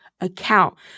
account